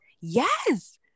yes